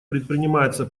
предпринимается